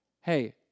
Hey